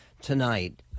tonight